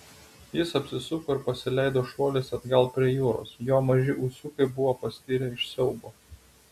jis apsisuko ir pasileido šuoliais atgal prie jūros jo maži ūsiukai buvo pastirę iš siaubo